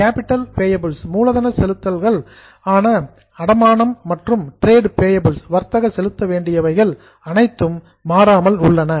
capital payables மூலதன செலுத்துதல்கள் ஆன அடமானம் மற்றும் டிரேட் பேயபிள்ஸ் வர்த்தக செலுத்தவேண்டியவைகள் அனைத்தும் மாறாமல் உள்ளன